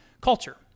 culture